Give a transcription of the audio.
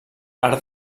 art